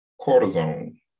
cortisone